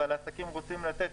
אבל העסקים רוצים לתת,